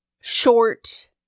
short